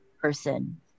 person